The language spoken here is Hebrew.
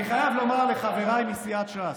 אני חייב לומר לחבריי מסיעת ש"ס,